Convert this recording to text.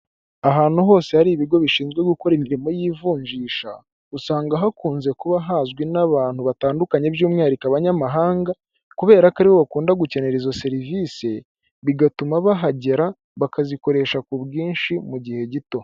Ahantu hose hari ibigo bishinzwe gukora imirimo y'ivunjisha, usanga hakunze kuba hazwi n'abantu batandukanye by'umwihariko abanyamahanga kubera ko ari bo bakunda gukenera izo serivisi, bigatuma bahagera, bakazikoresha ku bwinshi mu gihe gito.